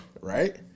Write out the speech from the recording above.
Right